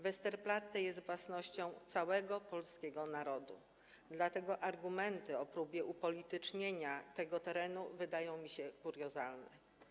Westerplatte jest własnością całego polskiego narodu, dlatego argumenty o próbie upolitycznienia tego terenu wydają mi się kuriozalne.